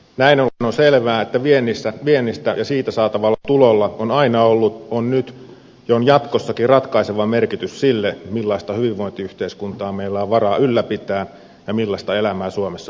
näin ollen on selvää että viennillä ja siitä saatavalla tulolla on aina ollut on nyt ja on jatkossakin ratkaiseva merkitys siinä millaista hyvinvointiyhteiskuntaa meillä on varaa ylläpitää ja millaista elämää suomessa vietetään